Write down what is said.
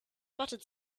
buttered